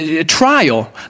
trial